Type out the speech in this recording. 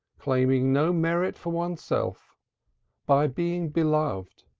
claiming no merit for oneself by being beloved,